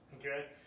okay